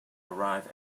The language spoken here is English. arrive